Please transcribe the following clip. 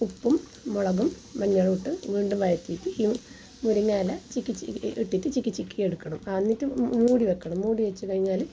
ഉപ്പും മുളകും മഞ്ഞളും ഇട്ട് വീണ്ടും വയറ്റിയിട്ട് മുരിങ്ങയില ചിക്കി ചിക്കി ഇട്ടിട്ട് ചിക്കി ചിക്കിയെടുക്കണം അന്നിട്ട് മൂടിവെക്കും മൂടിവെച്ചു കഴിഞ്ഞാൽ